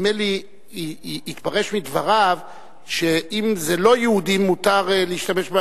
נדמה לי שהתפרש מדבריו שאם זה לא-יהודים מותר להשתמש,